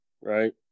right